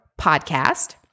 podcast